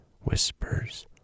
Whispers